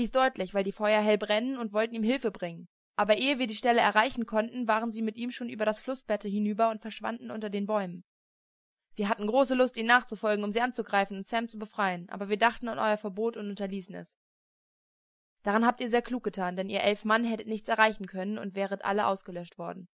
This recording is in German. deutlich weil die feuer hell brennen und wollten ihm hilfe bringen aber ehe wir die stelle erreichen konnten waren sie mit ihm schon über das flußbette hinüber und verschwanden unter den bäumen wir hatten große lust ihnen nachzufolgen um sie anzugreifen und sam zu befreien aber wir dachten an euer verbot und unterließen es daran habt ihr sehr klug getan denn ihr elf mann hättet nichts erreicht und wäret alle ausgelöscht worden